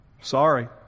Sorry